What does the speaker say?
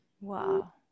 Wow